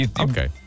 Okay